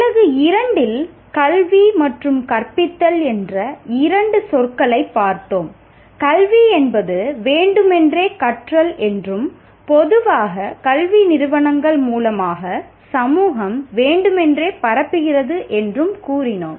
அலகு 2 இல் கல்வி மற்றும் கற்பித்தல் என்ற இரண்டு சொற்களைப் பார்த்தோம் கல்வி என்பது வேண்டுமென்றே கற்றல் என்றும் பொதுவாக கல்வி நிறுவனங்கள் மூலமாக சமூகம் பரப்புகிறது என்றும் கூறினோம்